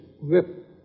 whip